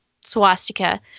swastika